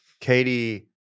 Katie